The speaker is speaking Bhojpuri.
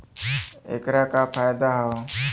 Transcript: ऐकर का फायदा हव?